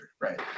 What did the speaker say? right